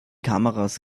kameras